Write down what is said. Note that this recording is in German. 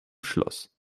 schloss